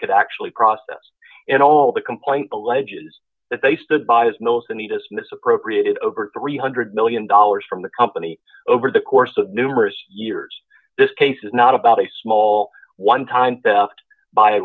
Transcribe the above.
could actually process and all the complaint alleges that they stood by his nose in the dismiss appropriated over three hundred million dollars from the company over the course of numerous years this case is not about a small one time